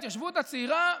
ההתיישבות הצעירה,